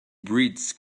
breeds